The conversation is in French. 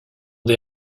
des